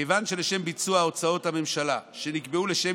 כיוון שלשם ביצוע הוצאות הממשלה שנקבעו לשם